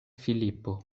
filipo